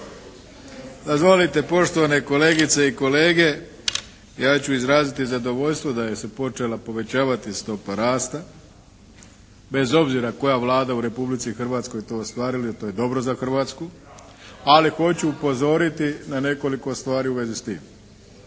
Dozvolite poštovane kolegice i kolege ja ću izraziti zadovoljstvo da se počela povećavati stopa rasta, bez obzira koja Vlada u Republici Hrvatskoj to ostvarila jer to je dobro za Hrvatsku, ali hoću upozoriti na nekoliko stvari u vezi s tim.